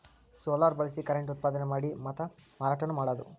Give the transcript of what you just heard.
solar ಬಳಸಿ current ಉತ್ಪಾದನೆ ಮಾಡಿ ಮಾತಾ ಮಾರಾಟಾನು ಮಾಡುದು